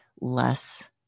less